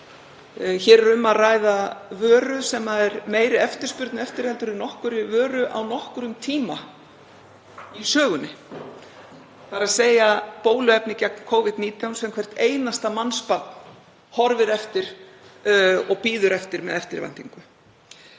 Hér er um að ræða vöru sem er meiri eftirspurn eftir en nokkurri vöru á nokkrum tíma í sögunni, þ.e. bóluefni gegn Covid-19 sem hvert einasta mannsbarn horfir til og bíður eftir með eftirvæntingu.